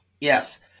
Yes